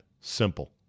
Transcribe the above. simple